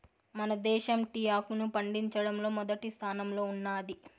మన దేశం టీ ఆకును పండించడంలో మొదటి స్థానంలో ఉన్నాది